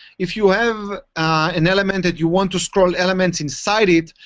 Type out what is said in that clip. if you have an element that you want to scroll elements inside it,